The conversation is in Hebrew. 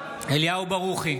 אליהו ברוכי,